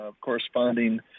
corresponding